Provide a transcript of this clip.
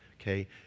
Okay